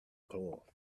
cough